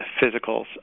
physicals